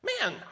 Man